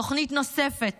תוכנית נוספת,